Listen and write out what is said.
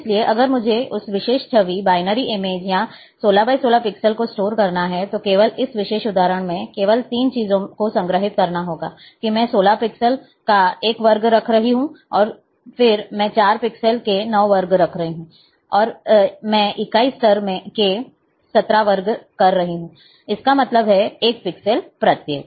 इसलिए अगर मुझे उस विशेष छवि बाइनरी इमेज या 16 × 16 पिक्सल को स्टोर करना है तो केवल इस विशेष उदाहरण में केवल 3 चीजों को संग्रहीत करना होगा कि मैं 16 पिक्सल का एक वर्ग रख रहा हूं और फिर मैं 4 पिक्सेल के 9 वर्ग कर रहा हूँ और मैं इकाई स्तर के 17 वर्ग कर रहा हूँ इसका मतलब है 1 पिक्सेल प्रत्येक